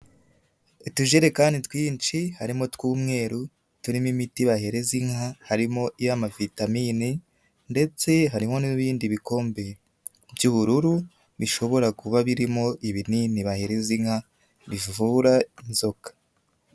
Utujerekani twinshi, harimo utw'umweru, turimo imiti bahereza inka, harimo iy'amavitamine, ndetse harimo n'ibindi bikombe by'ubururu, bishobora kuba birimo ibinini bahereza inka rivura inzoka.